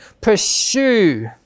pursue